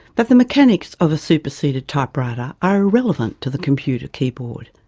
that the mechanics of a superseded typewriter are irrelevant to the computer keyboard,